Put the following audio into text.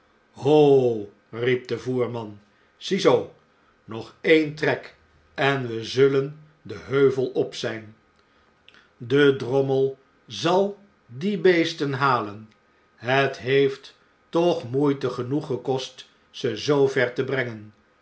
riep de voerman ziezoo nog een trek en we zullen den heuvel op zjjn de drommel zal die beesten halen i het heeft toch moeite genoeg gekost ze zoo ver te brengen